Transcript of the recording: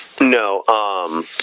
No